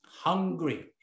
hungry